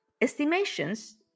Estimations